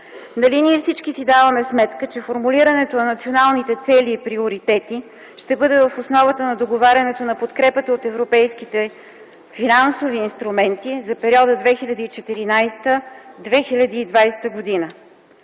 Нали ние всички си даваме сметка, че формулирането на националните цели и приоритети ще бъде в основата на договарянето на подкрепата от европейските финансови инструменти за периода 2014-2020 г.?